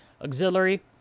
auxiliary